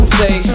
say